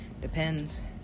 Depends